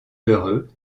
heureux